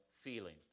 feeling